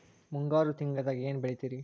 ಮುಂಗಾರು ತಿಂಗಳದಾಗ ಏನ್ ಬೆಳಿತಿರಿ?